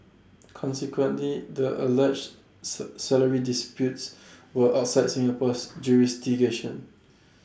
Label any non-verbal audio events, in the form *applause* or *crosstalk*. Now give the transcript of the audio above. consequently the alleged *unintelligible* salary disputes were outside Singapore's jurisdiction